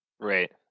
Right